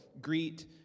Greet